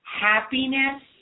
happiness